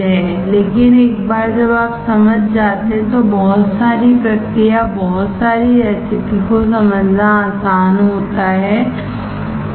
लेकिन एक बार जब आप समझ जाते हैं तो बहुत सारी प्रक्रियाबहुत सारी रेसिपी को समझना आसान होता है ठीक है